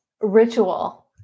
ritual